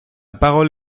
parole